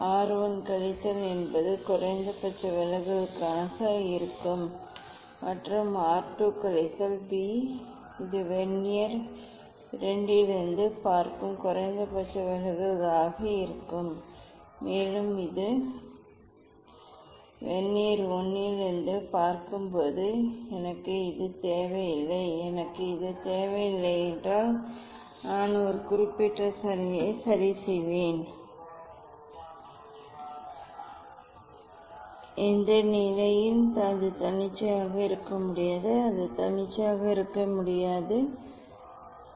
R 1 கழித்தல் a என்பது குறைந்தபட்ச விலகலாக இருக்கும் மற்றும் R 2 கழித்தல் b இது வெர்னியர் II இலிருந்து பார்க்கும் குறைந்தபட்ச விலகலாக இருக்கும் மேலும் இது வெர்னியர் I இலிருந்து பார்க்கும் போது எனக்கு இது தேவையில்லை எனக்கு இது தேவையில்லை ஆனால் இதை நாம் ஒரு குறிப்பிட்ட நிலையில் சரிசெய்கிறோம் அல்லது ப்ரிஸம் செய்கிறோம் எந்த நிலையில் அது தன்னிச்சையாக இருக்க முடியாது அது தன்னிச்சையாக இருக்க முடியாது இதை ஏன் தேர்ந்தெடுத்தோம்